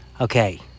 Okay